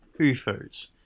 UFOs